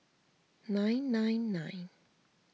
nine nine nine